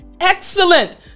excellent